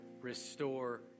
restore